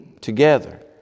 together